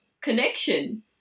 connection